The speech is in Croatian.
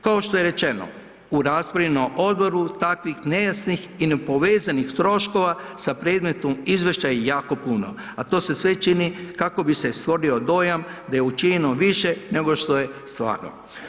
Kao što je rečeno u raspravi na odboru, takvih nejasnih i nepovezanih troškova sa predmetom izvješća je jako puno, a to se sve čini kako bi se stvorio dojam da je učinjeno više nego što je stvarno.